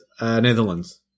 Netherlands